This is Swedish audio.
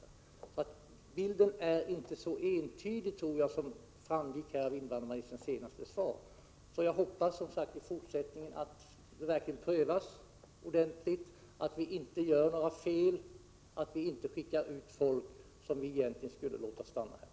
Bilden är inte så entydig, tror jag, som framgick av invandrarministerns senaste svar. Så jag hoppas som sagt att asylansökningarna i fortsättningen verkligen prövas ordentligt, att vi inte gör några fel, att vi inte skickar ut folk som vi egentligen skulle låta stanna här.